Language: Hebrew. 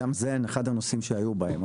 גם זה אחד הנושאים שהיו בהם,